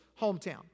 hometown